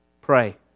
Pray